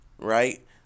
right